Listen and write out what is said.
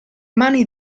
mani